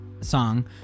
song